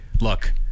Look